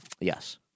Yes